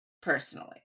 personally